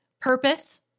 purpose